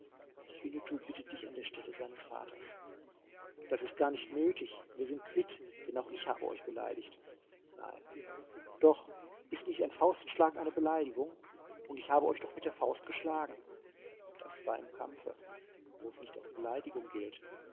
winnetou bittet dich an stelle seines vaters das ist gar nicht nötig wir sind quitt denn auch ich habe euch beleidigt nein doch ist nicht ein faustschlag eine beleidigung und ich habe euch doch mit der faust geschlagen das war im kampfe wo es nicht als beleidigung gilt